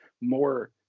more